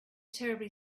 terribly